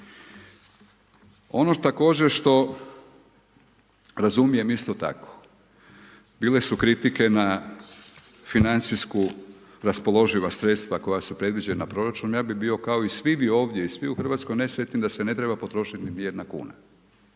što također razumijem isto tako, bile su kritike, na financijsku, raspoloživa sredstava, koja su predviđena proračunom, ja bi bio kao i svi vi ovdje, svi vi u Hrvatskoj, najsretniji da se ne treba potrošiti niti jedna kuna.